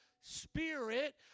spirit